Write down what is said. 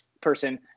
person